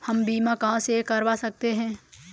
हम बीमा कहां से करवा सकते हैं?